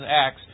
Acts